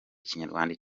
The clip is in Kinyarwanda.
ikinyarwanda